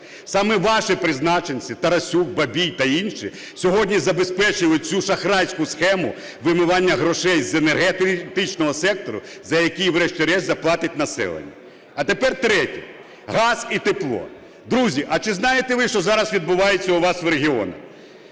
Саме ваші призначенці – Тарасюк, Бабій та інші – сьогодні забезпечили цю шахрайську схему вимивання грошей з енергетичного сектору, за який врешті-решт заплатить населення. А тепер третє: газ і тепло. Друзі, а чи знаєте ви, що зараз відбувається у вас в регіонах?